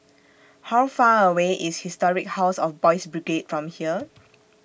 How Far away IS Historic House of Boys' Brigade from here